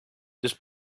des